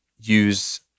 use